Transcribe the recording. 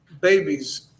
babies